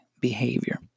behavior